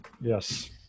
Yes